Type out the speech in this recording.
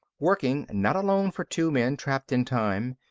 working not alone for two men trapped in time,